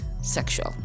sexual